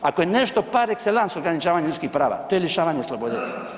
Ako je nešto par excellence ograničavanje ljudskih prava, to je lišavanje slobode.